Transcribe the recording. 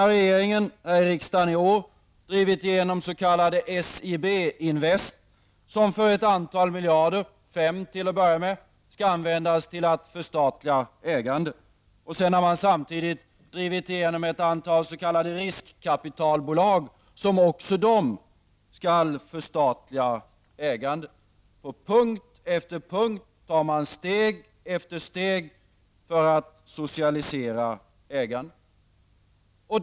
Regeringen har här i riksdagen i år drivit igenom det s.k. SIB-invest som för ett antal miljarder, fem till att börja med, skall användas till att förstatliga ägandet. Samtidigt har regeringen drivit igenom ett antal s.k. riskkapitalbolag som också de skall medverka till att förstatliga ägandet. På punkt efter punkt tar man steg efter steg för att socialisera ägandet.